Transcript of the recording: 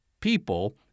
people